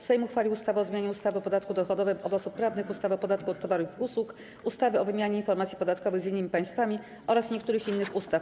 Sejm uchwalił ustawę o zmianie ustawy o podatku dochodowym od osób prawnych, ustawy o podatku od towarów i usług, ustawy o wymianie informacji podatkowych z innymi państwami oraz niektórych innych ustaw.